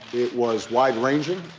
it was wide-ranging.